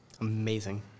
Amazing